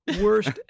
Worst